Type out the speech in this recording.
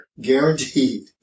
guaranteed